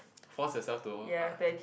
force yourself to